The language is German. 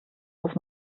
muss